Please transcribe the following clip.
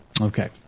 Okay